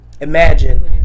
Imagine